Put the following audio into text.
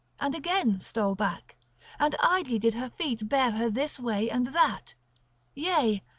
and again stole back and idly did her feet bear her this way and that yea,